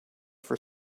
for